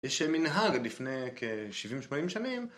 יש מנהג לפני כ-70-80 שנים